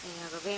ערבים.